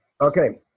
Okay